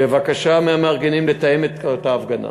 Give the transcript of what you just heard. בבקשה מהמארגנים לתאם את ההפגנה,